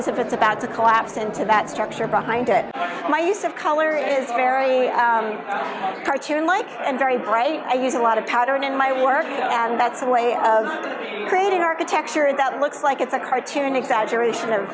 as if it's about to collapse into that structure behind it my use of color is very cartoon like and very bright i use a lot of pattern in my work and that's a way of creating architecture that looks like it's a cartoon exaggeration